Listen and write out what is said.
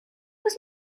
was